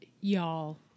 y'all